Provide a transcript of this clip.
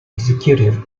executive